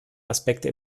aspekte